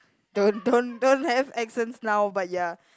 don't don't don't have accents now but ya